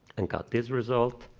and got this result.